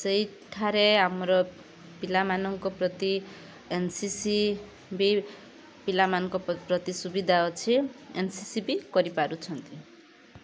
ସେଇଠାରେ ଆମର ପିଲାମାନଙ୍କ ପ୍ରତି ଏନ ସି ସି ବି ପିଲାମାନଙ୍କ ପ୍ରତି ସୁବିଧା ଅଛି ଏନ ସି ସି ବି କରିପାରୁଛନ୍ତି